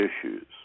issues